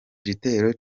gitero